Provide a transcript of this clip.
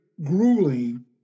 grueling